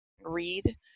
read